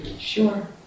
Sure